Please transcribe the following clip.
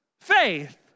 faith